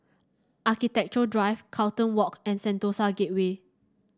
Architecture Drive Carlton Walk and Sentosa Gateway